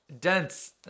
dense